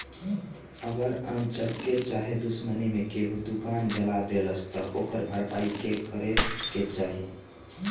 अगर अन्चक्के चाहे दुश्मनी मे केहू दुकान जला देलस त ओकर भरपाई के करे के चाही